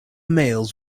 mails